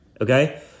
okay